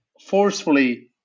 forcefully